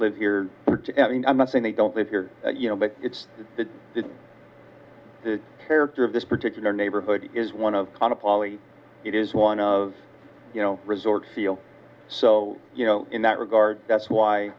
live here i mean i'm not saying they don't live here you know but it's the the character of this particular neighborhood is one of on a poly it is one of you know resorts feel so you know in that regard that's why